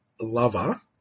lover